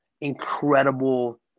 incredible